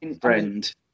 friend